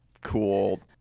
cool